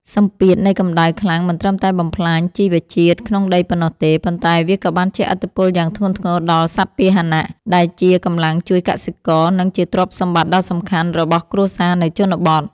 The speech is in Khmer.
សម្ពាធនៃកម្ដៅខ្លាំងមិនត្រឹមតែបំផ្លាញជីវជាតិក្នុងដីប៉ុណ្ណោះទេ ប៉ុន្តែវាក៏បានជះឥទ្ធិពលយ៉ាងធ្ងន់ធ្ងរដល់សត្វពាហនៈ ដែលជាកម្លាំងជួយកសិករ និងជាទ្រព្យសម្បត្តិដ៏សំខាន់របស់គ្រួសារនៅជនបទ។